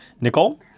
Nicole